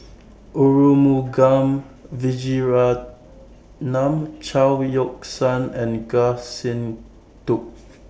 Arumugam Vijiaratnam Chao Yoke San and Goh Sin Tub